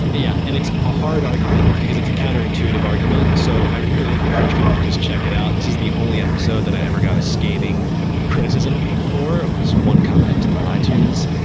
yeah, and it's a hard argument, because it's a counterintuitive argument. so i really encourage people to just check it out. this is the only episode that i ever got a scathing criticism for. it was one comment on itunes,